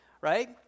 right